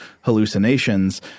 hallucinations